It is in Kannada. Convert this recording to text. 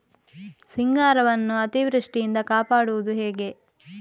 ಸಿಂಗಾರವನ್ನು ಅತೀವೃಷ್ಟಿಯಿಂದ ಕಾಪಾಡುವುದು ಹೇಗೆ?